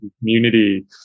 community